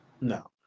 No